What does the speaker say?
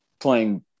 playing